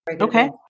Okay